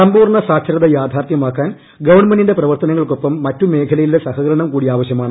സമ്പൂർണ സാക്ഷരത യാഥാർത്ഥ്യമാക്കാൻ ഗവൺമെന്റിന്റെ പ്രവർത്തനങ്ങൾക്കൊപ്പം മറ്റു മേഖലയിലെ സഹകരണം കൂടി ആവശ്യമാണ്